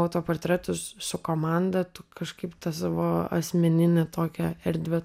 autoportretus su komanda kažkaip tą savo asmeninę tokią erdvę